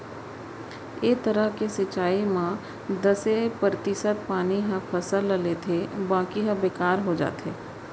ए तरह के सिंचई म दसे परतिसत पानी ह फसल ल लेथे बाकी ह बेकार हो जाथे